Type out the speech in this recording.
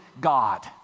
God